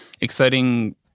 exciting